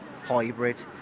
hybrid